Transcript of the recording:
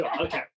okay